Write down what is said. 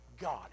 God